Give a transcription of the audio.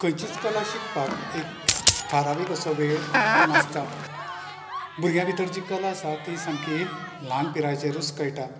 खंयचीच कला शिकपाक एक थारावीक असो वेळ नासता भुरग्या भितर जी कला आसा ती सामकी ल्हान पिरायेचेरूच कळटा